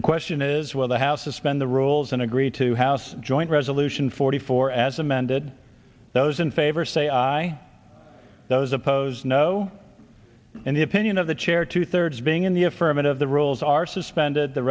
the question is will the house suspend the rules and agree to house joint resolution forty four as amended those in favor say aye those opposed no in the opinion of the chair two thirds being in the affirmative the rules are suspended the